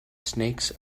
snakes